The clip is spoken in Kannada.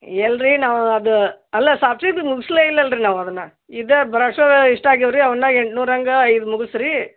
ಎಲ್ಲಿ ರಿ ನಾವು ಅದು ಅಲ್ಲ ಸಾಫ್ಟ್ ಸಿಲ್ಕ್ ಮುಗಿಸ್ಲೇ ಇಲ್ಲಲ್ಲ ರೀ ನಾವು ಅದನ್ನು ಇದು ಬ್ರಾಶೋನ ಇಷ್ಟ ಆಗೇವ ರೀ ಅವನ್ನು ಎಂಟುನೂರು ಹಂಗ ಐದು ಮುಗಿಸ್ ರೀ